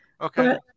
Okay